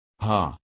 Ha